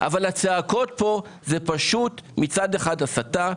אבל הצעקות פה זה פשוט מצד אחד הסתה,